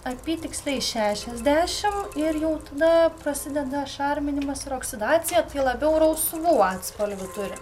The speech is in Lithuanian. apytiksliai šešiasdešim ir jau tada prasideda šarminimas ir oksidacija tai labiau rausvų atspalvių turi